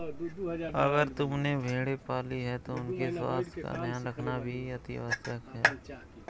अगर तुमने भेड़ें पाली हैं तो उनके स्वास्थ्य का ध्यान रखना भी अतिआवश्यक है